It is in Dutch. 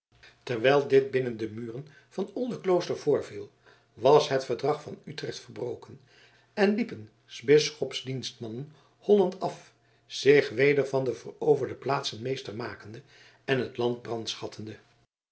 terwijl dit binnen de muren van oldeklooster voorviel was het verdrag van utrecht verbroken en liepen s bisschops dienstmannen holland af zich weder van de veroverde plaatsen meester makende en het land brandschattende